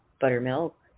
Buttermilk